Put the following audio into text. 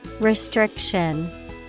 Restriction